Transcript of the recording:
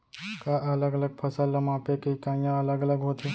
का अलग अलग फसल ला मापे के इकाइयां अलग अलग होथे?